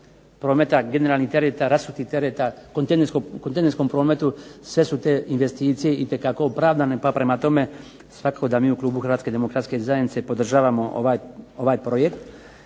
prometa generalnih tereta, rasutih tereta, kontinentskom prometu, sve su te investicije itekako opravdane, pa prema tome svakako da mi u klubu Hrvatske demokratske zajednice podržavamo ovaj projekt,